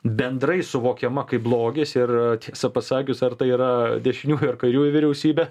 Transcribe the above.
bendrai suvokiama kaip blogis ir tiesą pasakius ar tai yra dešiniųjų ar kairiųjų vyriausybė